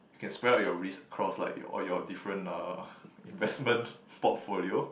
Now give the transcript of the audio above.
you can spell out your risk across like your all your different uh investment portfolio